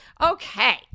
Okay